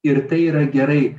ir tai yra gerai